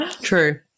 True